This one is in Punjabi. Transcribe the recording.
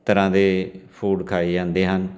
ਤਰ੍ਹਾਂ ਦੇ ਫੂਡ ਖਾਏ ਜਾਂਦੇ ਹਨ